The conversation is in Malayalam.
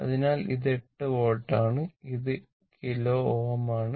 അതിനാൽ ഇത് 8 വോൾട്ട് ആണ് അത് കിലോ Ω ആണ്